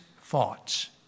thoughts